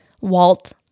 Walt